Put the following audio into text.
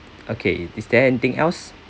okay is there anything else